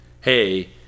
hey